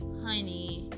honey